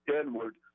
inward